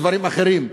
לדברים אחרים.